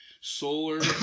solar